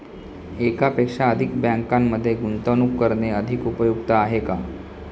एकापेक्षा अधिक बँकांमध्ये गुंतवणूक करणे अधिक उपयुक्त आहे का?